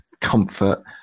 comfort